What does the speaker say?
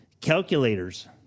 Calculators